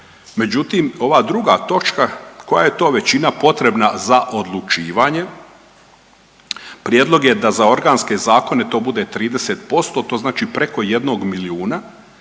Međutim, ova druga točka koja je to većina potrebna za odlučivanje. Prijedlog je da za organske zakone to bude 30%, to znači preko jednog milijuna,